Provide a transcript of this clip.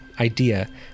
idea